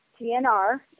TNR